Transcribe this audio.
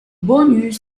bonus